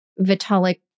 Vitalik